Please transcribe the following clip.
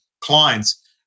clients